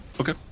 okay